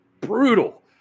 brutal